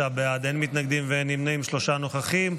25 בעד, אין מתנגדים, אין נמנעים, שלושה נוכחים.